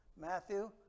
Matthew